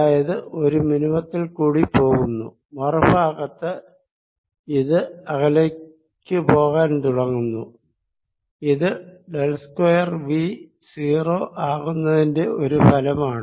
അതായത് ഒരു മിനിമത്തിൽ കൂടി പോകുന്നു മറു ഭാഗത്ത് ഇത് അകലേക്ക് പോകാൻ തുടങ്ങുന്നു ഇത് ഡെൽ സ്ക്വയർ V 0 ആകുന്നതിന്റെ ഒരു ഫലമാണ്